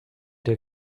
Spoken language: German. der